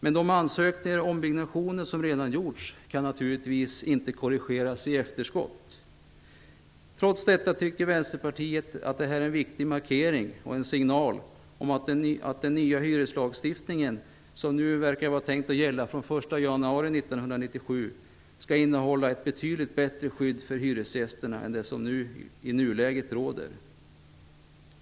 Men de ombyggnationer som redan gjorts kan naturligtvis inte korrigeras i efterskott. Trots detta tycker Vänsterpartiet att detta är en viktig markering och signal om att den nya hyreslagstiftningen, som nu verkar vara tänkt att gälla från den 1 januari 1997, skall innehålla ett betydligt bättre skydd för hyresgästerna än det nu rådande.